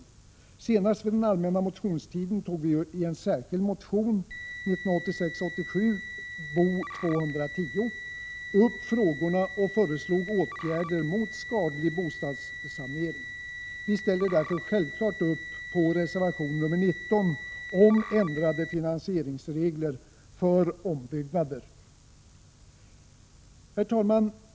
Vi tog senast upp den vid den allmänna motionstiden i en särskild motion, 1986/87:Bo210, och föreslog åtgärder mot skadlig bostadssanering. Vi ställer oss därför självfallet bakom reservation nr 19 om ändrade finansieringsregler för ombyggnader. Herr talman!